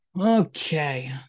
Okay